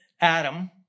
Adam